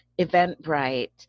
Eventbrite